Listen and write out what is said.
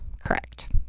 correct